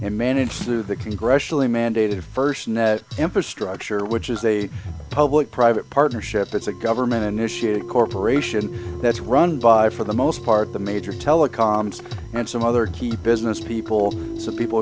and managed through the congressionally mandated first net infrastructure which is a public private partnership it's a government initiated corporation that's run by for the most part the major telecom and some other key business people so people